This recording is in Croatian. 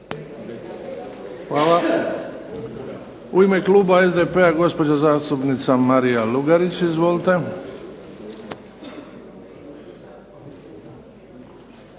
Hvala. U ime kluba SDP-a gospođa zastupnica Marija Lugarić. Izvolite.